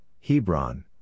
Hebron